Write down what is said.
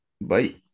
Bye